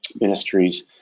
ministries